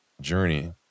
journey